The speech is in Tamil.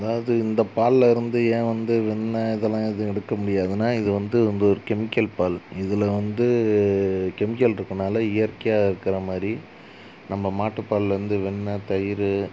அதாவது இந்தப் பாலில் இருந்து ஏன் வந்து வெண்ணை இதெல்லாம் எதுவும் எடுக்க முடியாதுன்னால் இது வந்து வந்து ஒரு கெமிக்கல் பால் இதில் வந்து கெமிக்கல் இருக்கனால் இயற்கையாக இருக்கிற மாதிரி நம்ம மாட்டுப் பாலில் இருந்து வெண்ணை தயிர்